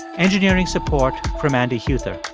engineering support from andy huether